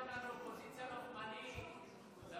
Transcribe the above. הבטחתם לנו אופוזיציה לוחמנית.